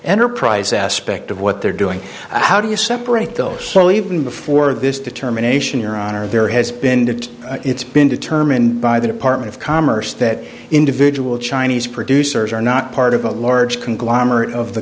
enterprise aspect of what they're doing how do you separate the evening before this determination your honor there has been to it's been determined by the department of commerce that individual chinese producers are not part of a large conglomerate of the